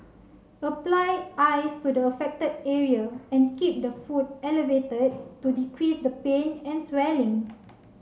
apply ice to the affected area and keep the foot elevated to decrease the pain and swelling